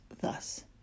thus